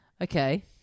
Okay